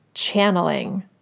Channeling